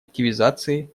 активизации